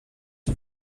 for